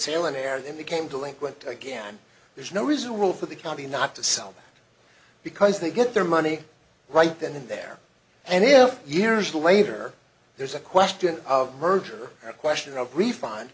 sailin air then became delinquent again there's no reason rule for the county not to sell because they get their money right then and there and years later there's a question of merger or question of ref